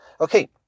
Okay